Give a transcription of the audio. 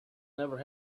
never